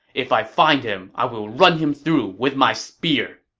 if i find him, i will run him through with my spear!